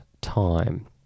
time